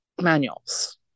manuals